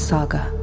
Saga